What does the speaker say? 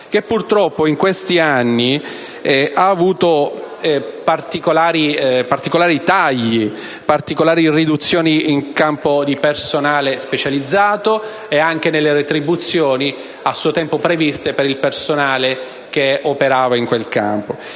che purtroppo in questi anni ha subìto particolari tagli e riduzioni nel personale specializzato e anche nelle retribuzioni a suo tempo previste per il personale che operava in quel settore.